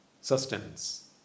sustenance